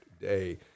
day